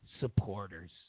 supporters